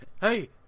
hey